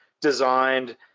designed